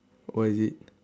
what is it